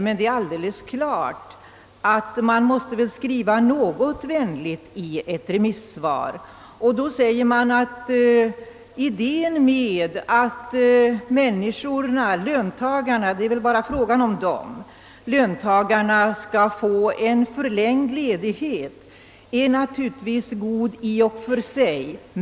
Nej, det är alldeles klart att man måste skriva något vänligt i ett remissvar och då säger man att idén med att människorna — det är väl här bara fråga om löntagarna — skall få en förlängd ledighet är god i och för sig.